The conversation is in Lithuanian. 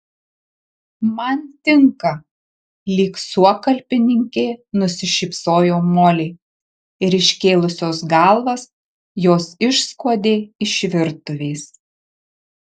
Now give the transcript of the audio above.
man tinka lyg suokalbininkė nusišypsojo molė ir iškėlusios galvas jos išskuodė iš virtuvės